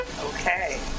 Okay